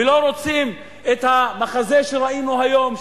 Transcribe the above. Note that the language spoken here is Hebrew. ולא רוצים את המחזה שראינו היום,